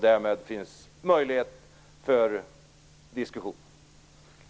Därmed finns möjlighet till diskussion.